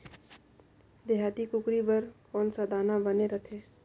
देहाती कुकरी बर कौन सा दाना बने रथे?